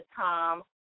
Tom